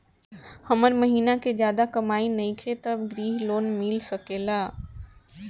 हमर महीना के ज्यादा कमाई नईखे त ग्रिहऽ लोन मिल सकेला?